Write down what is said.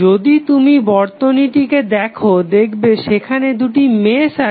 যদি তুমি বর্তনীটিকে দেখো দেখবে সেখানে দুটি মেশ আছে